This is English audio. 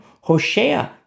Hoshea